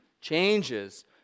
changes